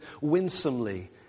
winsomely